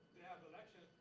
have election.